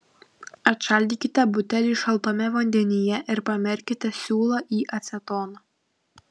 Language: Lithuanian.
atšaldykite butelį šaltame vandenyje ir pamerkite siūlą į acetoną